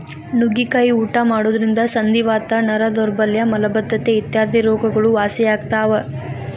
ನುಗ್ಗಿಕಾಯಿ ಊಟ ಮಾಡೋದ್ರಿಂದ ಸಂಧಿವಾತ, ನರ ದೌರ್ಬಲ್ಯ ಮಲಬದ್ದತೆ ಇತ್ಯಾದಿ ರೋಗಗಳು ವಾಸಿಯಾಗ್ತಾವ